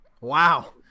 Wow